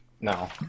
No